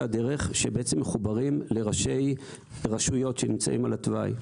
הדרך שבעצם מחוברים לראשי רשויות שנמצאים על התוואי.